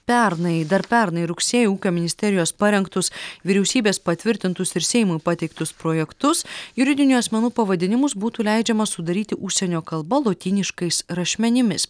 pernai dar pernai rugsėjį ūkio ministerijos parengtus vyriausybės patvirtintus ir seimui pateiktus projektus juridinių asmenų pavadinimus būtų leidžiama sudaryti užsienio kalba lotyniškais rašmenimis